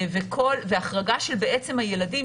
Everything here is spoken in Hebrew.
והחרגה של הילדים,